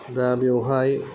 दा बेवहाय